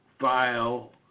file